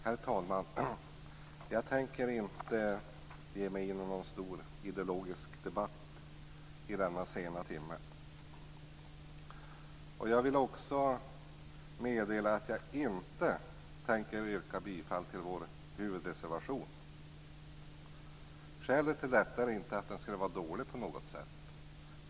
Herr talman! Jag tänker inte ge mig in i någon stor ideologisk debatt i denna sena timme. Jag vill också meddela att jag inte tänker yrka bifall till vår huvudreservation. Skälet är inte att den skulle vara dålig på något sätt.